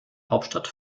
hauptstadt